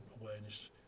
awareness